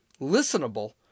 listenable